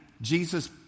Jesus